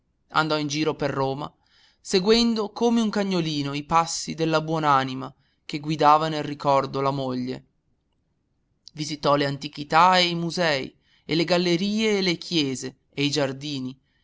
andò in giro per roma seguendo come un cagnolino i passi della buon'anima che guidava nel ricordo la moglie visitò le antichità e i musei e le gallerie e le chiese e i giardini